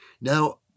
Now